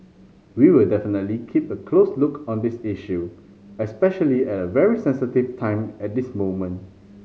we will definitely keep a close look on this issue especially at a very sensitive time at this moment